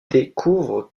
découvre